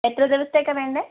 എത്ര ദിവസത്തേക്കാണ് വേണ്ടത്